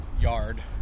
yard